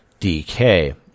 DK